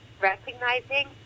recognizing